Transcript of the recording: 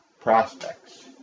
prospects